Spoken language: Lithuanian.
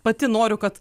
pati noriu kad